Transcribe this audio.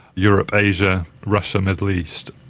europe, asia, russia, middle east,